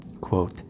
Quote